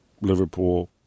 Liverpool